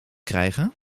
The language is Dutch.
krijgen